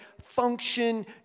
function